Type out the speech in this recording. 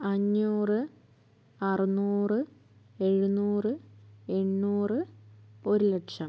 അഞ്ഞൂറ് അറുന്നൂറ് എഴുന്നൂറ് എണ്ണൂറ് ഒരു ലക്ഷം